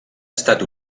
estat